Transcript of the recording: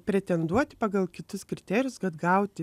pretenduoti pagal kitus kriterijus kad gauti